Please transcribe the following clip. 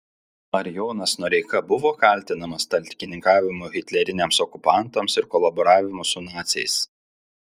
ar jonas noreika buvo kaltinamas talkininkavimu hitleriniams okupantams ir kolaboravimu su naciais